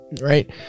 right